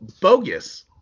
Bogus